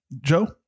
Joe